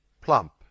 PLUMP